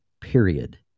period